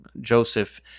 Joseph